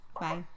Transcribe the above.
bye